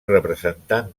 representant